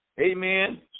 amen